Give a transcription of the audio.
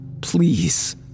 Please